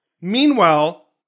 Meanwhile